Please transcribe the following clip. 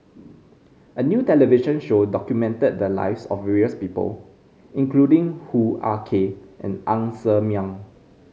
a new television show documented the lives of various people including Hoo Ah Kay and Ng Ser Miang